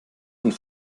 und